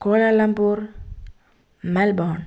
Kuala Lumpur Melbourne